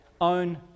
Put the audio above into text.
own